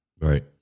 Right